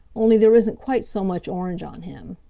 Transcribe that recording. only there isn't quite so much orange on him.